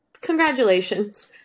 Congratulations